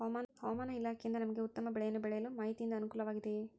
ಹವಮಾನ ಇಲಾಖೆಯಿಂದ ನಮಗೆ ಉತ್ತಮ ಬೆಳೆಯನ್ನು ಬೆಳೆಯಲು ಮಾಹಿತಿಯಿಂದ ಅನುಕೂಲವಾಗಿದೆಯೆ?